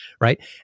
right